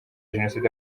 jenoside